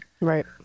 Right